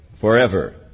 forever